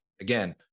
again